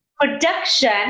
Production